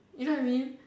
you know what I mean